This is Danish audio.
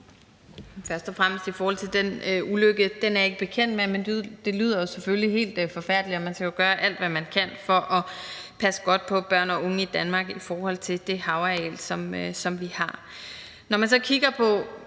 Først og fremmest i forhold til den ulykke: Den er jeg ikke bekendt med, men det lyder selvfølgelig helt forfærdeligt, og man skal jo gøre alt, hvad man kan, for at passe godt på børn og unge i Danmark i forhold til det havareal, som vi har. Når man så kigger på,